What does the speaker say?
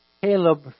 Caleb